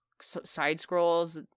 side-scrolls